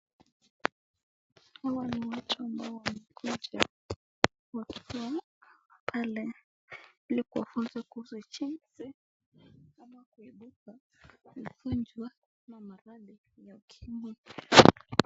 Wanawake ambao wamekuja kuchukua watoto pale walikuwa wanakuza cheche kama kuibuka kujwa na maradhi ya kimwili.